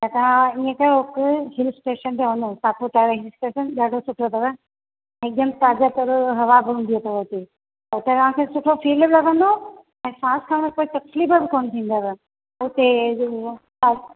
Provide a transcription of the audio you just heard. त तां इअं कयो हिल स्टेशन ते वञो सातपुड़ा हिल स्टेशन ॾाढो सुठो तव हिकदमु ताज़ो तरव हवां पोहंदी तव हुते तहांखे सुठो फील लॻंदो ऐं सांस खरण में तक़लीफु बि कोनि थींदव हुते जी हवा